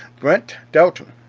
brett dalton,